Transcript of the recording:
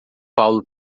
paulo